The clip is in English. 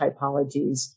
typologies